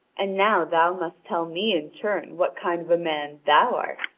and now thou must tell me in turn what kind of a man thou art,